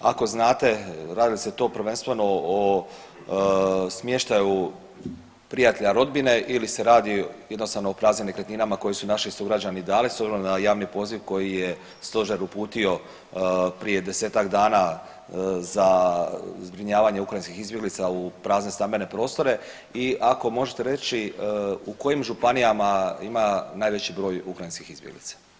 Ako znate radi li se to prvenstveno o smještaju prijatelja rodbine ili se radi jednostavno o praznim nekretninama koje su naši sugrađani dali s obzirom na javni poziv koji je stožer uputio prije 10-tak dana za zbrinjavanje ukrajinskih izbjeglica u prazne stambene prostore i ako možete reći u kojim županijama ima najveći broj ukrajinskih izbjeglica?